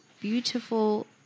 beautiful